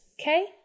Okay